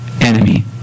enemy